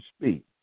speak